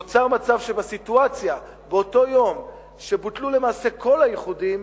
נוצר מצב שבאותו יום שבוטלו למעשה כל האיחודים,